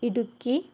Idukki